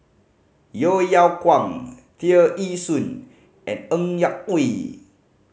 Yeo Yeow Kwang Tear Ee Soon and Ng Yak Whee